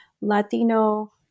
Latino